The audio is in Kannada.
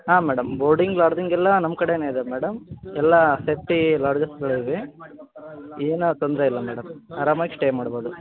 ಹಾಂ ಮೇಡಮ್ ಬೋರ್ಡಿಂಗ್ ಲಾಡ್ಜಿಂಗ್ ಎಲ್ಲ ನಮ್ಮ ಕಡೆಯೇ ಇದೆ ಮೇಡಮ್ ಎಲ್ಲ ಫಿಫ್ಟಿ ಲಾಡ್ಜಸ್ಗಳಿವೆ ಏನು ತೊಂದರೆ ಇಲ್ಲ ಮೇಡಮ್ ಆರಾಮಾಗಿ ಸ್ಟೇ ಮಾಡ್ಬೋದು